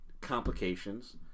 complications